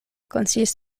konsilis